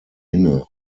inne